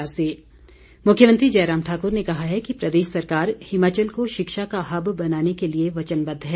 जयराम मुख्यमंत्री जयराम ठाकुर ने कहा है कि प्रदेश सरकार हिमाचल को शिक्षा का हब बनाने के लिए वचनबद्ध है